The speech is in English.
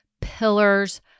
pillars